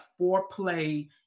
foreplay